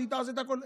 שהיא תעשה את הכול.